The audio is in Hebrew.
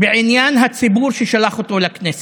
בעניין הציבור ששלח אותו לכנסת.